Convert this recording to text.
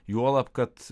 juolab kad